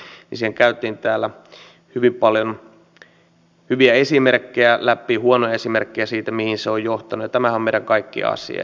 siitä käytiin täällä hyvin paljon hyviä esimerkkejä läpi huonoja esimerkkejä siitä mihin se on johtanut ja tämähän on meidän kaikkien asia